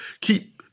keep—